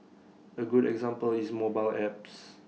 A good example is mobile apps